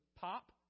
Pop